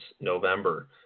November